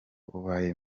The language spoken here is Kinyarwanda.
ubaye